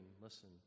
listen